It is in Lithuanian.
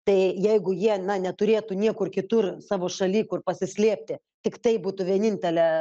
tai jeigu jie neturėtų niekur kitur savo šaly kur pasislėpti tiktai būtų vienintelė